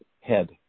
head